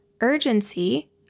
urgency